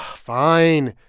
fine.